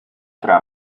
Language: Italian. tra